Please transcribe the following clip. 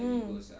mm